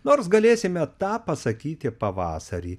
nors galėsime tą pasakyti pavasarį